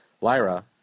Lyra